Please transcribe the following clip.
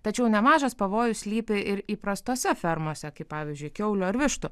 tačiau nemažas pavojus slypi ir įprastose fermose kaip pavyzdžiui kiaulių ar vištų